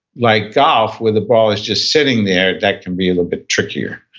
like golf where the ball is just sitting there, that can be a little bit trickier.